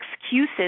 excuses